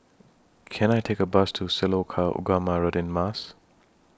Can I Take A Bus to Sekolah Ugama Radin Mas